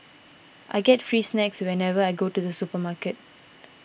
I get free snacks whenever I go to the supermarket